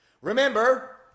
Remember